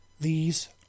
These